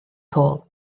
hôl